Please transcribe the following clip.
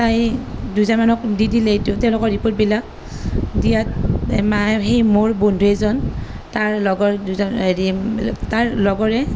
তাই দুজনমানক দি দিলে তেওঁলোকৰ ৰীপৰ্টবিলাক দিয়াত মাৰ সেই মোৰ বন্ধু এজন তাৰ লগৰ দুজন হেৰি তাৰ লগৰে